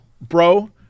Bro